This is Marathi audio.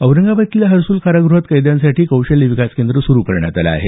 औरंगाबाद इथल्या हर्सुल काराग़हात कैद्यांसाठी कौशल्य विकास केंद्र सुरू करण्यात आलं आहे